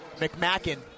McMackin